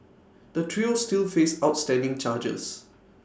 the trio still face outstanding charges